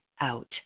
out